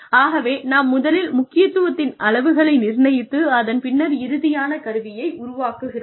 ஆகவே நாம் முதலில் முக்கியத்துவத்தின் அளவுகளை நிர்ணயித்து அதன் பின்னர் இறுதியான கருவியை உருவாக்குகிறோம்